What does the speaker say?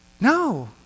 No